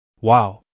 Wow